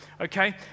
okay